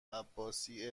عباسی